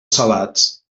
salats